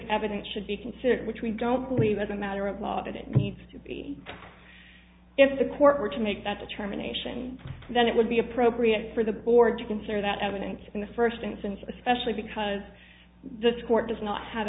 evidence should be considered which we don't believe as a matter of law that it needs to be if the court were to make that determination then it would be appropriate for the board to consider that evidence in the first instance especially because the court does not have